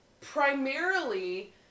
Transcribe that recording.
primarily